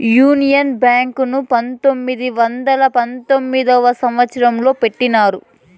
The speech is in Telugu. యూనియన్ బ్యాంక్ ను పంతొమ్మిది వందల పంతొమ్మిదవ సంవచ్చరంలో పెట్టినారు